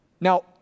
Now